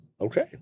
okay